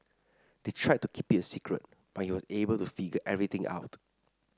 they tried to keep it a secret but he was able to figure everything out